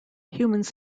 humans